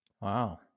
wow